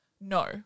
no